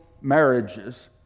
marriages